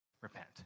Repent